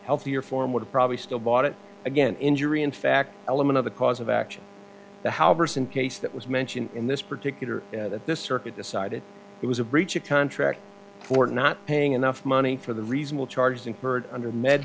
healthier form would probably still bought it again injury in fact element of the cause of action the how verse and case that was mentioned in this particular that the circuit decided it was a breach of contract for not paying enough money for the reasonable charges incurred under med